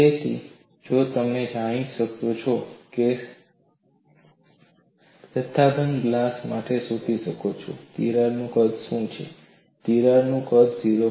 તેથી તમે જઈ શકો છો અને જથ્થાબંધ ગ્લાસ માટે શોધી શકો છો કે તિરાડનું કદ શું હશે તિરાડનું કદ 0